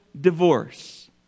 divorce